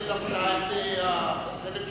שש"ס דרשה את החלק שלה.